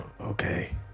Okay